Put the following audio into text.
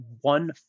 one